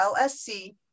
LSC